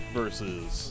versus